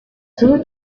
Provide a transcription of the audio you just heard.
two